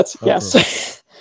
Yes